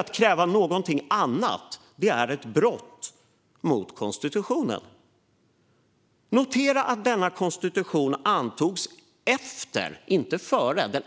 Att kräva något annat är ett brott mot konstitutionen. Notera att denna konstitution antogs efter - inte före